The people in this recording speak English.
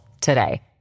today